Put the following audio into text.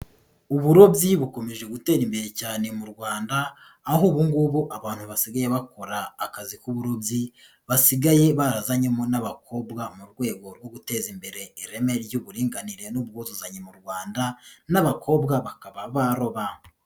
Uburobyi bukomeje gutera imbere cyane mu Rwanda aho ubu ngubu abantu basigaye bakora akazi k'uburobyi basigaye barazanyemo n'abakobwa mu rwego rwo guteza imbere ireme ry'uburinganire n'ubwuzuzanye mu Rwanda n'abakobwa bakaba baroba.